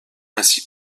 ainsi